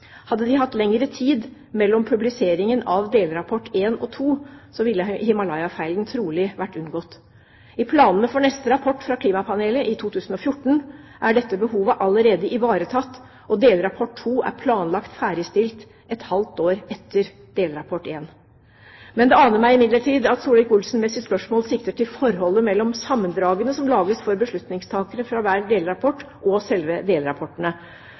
Hadde de hatt lengre tid mellom publiseringen av delrapport 1 og 2, ville Himalaya-feilen trolig vært unngått. I planene for neste rapport fra klimapanelet, i 2014, er dette behovet allerede ivaretatt, og delrapport 2 er planlagt ferdigstilt et halvt år etter delrapport 1. Det aner meg imidlertid at Solvik-Olsen med sitt spørsmål sikter til forholdet mellom sammendragene som lages for beslutningstakere fra hver delrapport, og selve delrapportene.